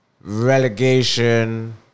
Relegation